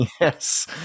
Yes